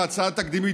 בהצעה תקדימית,